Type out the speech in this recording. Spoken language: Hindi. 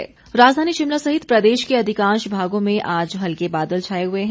मौसम राजधानी शिमला सहित प्रदेश के अधिकांश भागों में आज हल्के बादल छाए हुए हैं